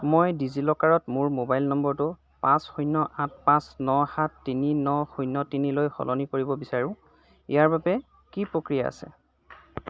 মই ডিজিলকাৰত মোৰ মোবাইল নম্বৰটো পাঁচ শূন্য আঠ পাঁচ ন সাত তিনি ন শূন্য তিনিলৈ সলনি কৰিব বিচাৰো ইয়াৰ বাবে কি প্ৰক্ৰিয়া আছে